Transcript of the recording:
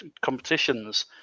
competitions